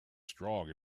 strong